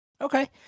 Okay